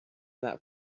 that